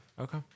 Okay